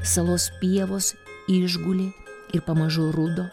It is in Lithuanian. salos pievos išgulė ir pamažu rudo